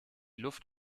luft